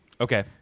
Okay